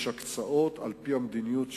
יש הקצאות על-פי המדיניות שתיארתי,